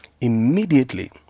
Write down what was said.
immediately